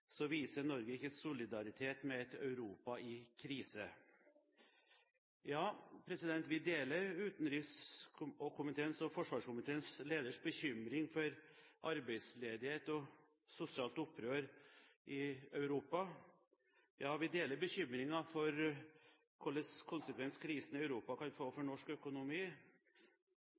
viser ikke Norge solidaritet med et Europa i krise. Ja, vi deler utenriks- og forsvarskomiteens leders bekymring for arbeidsledighet og sosialt opprør i Europa. Ja, vi deler bekymringen for hvilke konsekvenser krisen i Europa kan få for norsk økonomi.